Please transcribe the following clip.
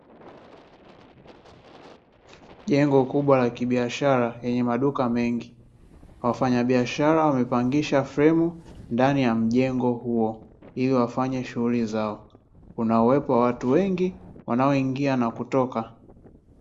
Jengo kubwa la kibiashara lenye maduka mengi, wafanyabiashara wamepangisha fremu ndani ya mjengo huo ili wafanye shughuli zao kuna uwepo watu wengi wanaoingia na kutoka.